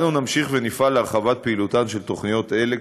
אנו נמשיך ונפעל להרחבת פעילותן של התוכניות האלה,